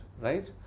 right